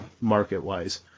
market-wise